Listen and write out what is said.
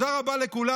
תודה רבה לכולם.